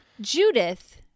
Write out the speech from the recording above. Judith